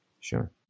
Sure